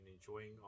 enjoying